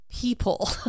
people